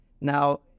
Now